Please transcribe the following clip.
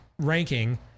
Ranking